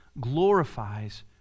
glorifies